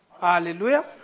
Hallelujah